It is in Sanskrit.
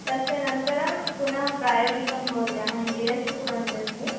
तस्य अनन्तरं पुनः प्रायोगिकं भवति अहं बि एस् सि कुर्वन्ती अस्मि